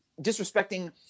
disrespecting